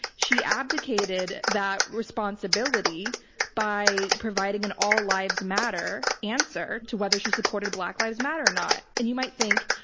she abdicated that responsibility by providing an all lives matter answer to whether she supported black lives matter or not. and you might think,